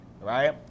Right